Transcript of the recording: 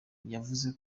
yavuze